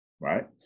right